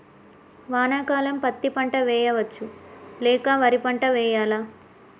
వానాకాలం పత్తి పంట వేయవచ్చ లేక వరి పంట వేయాలా?